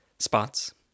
spots